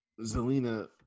Zelina